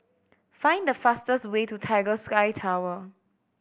find the fastest way to Tiger Sky Tower